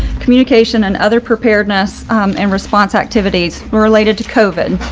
communication and other purposes. weirdness and response activities were related to covid.